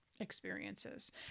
experiences